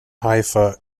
haifa